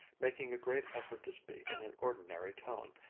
making a great effort to speak in an ordinary tone.